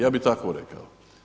Ja bih tako rekao.